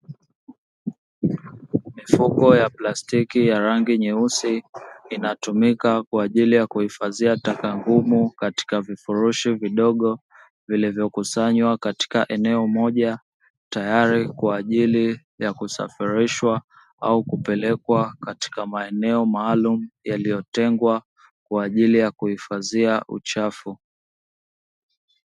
Mifuko ya plastiki ya rangi nyeusi inatumika kwa ajili ya kuhifadhia taka ngumu katika vifurushi vidogo vilivyokusanywa katika eneo moja tayari kwa ajili ya kusafirishwa au kupelekwa katika maeneo maalum yaliyotengwa kwa ajili ya kuhifadhia uchafu.